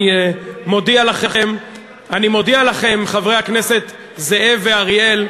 אני מודיע לכם, חברי הכנסת זאב ואטיאס,